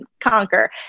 conquer